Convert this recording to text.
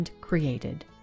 created